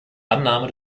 annahme